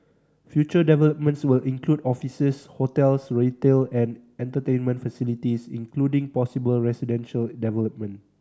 future developments will include offices hotels retail and entertainment facilities including possible residential development